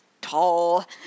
Tall